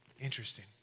Interesting